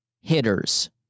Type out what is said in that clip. hitters